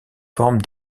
formes